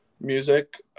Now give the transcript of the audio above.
music